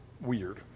weird